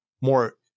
more